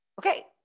okay